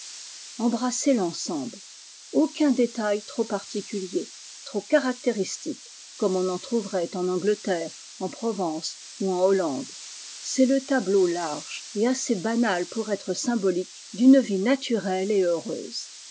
embrassez l'ensemble aucun détail trop particulier trop caractéristique comme on en trouverait en angleterre en provence ou en hollande c'est le tableau large et assez banal ir être symbolique d'une vie naturelle et ireuse